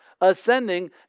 Ascending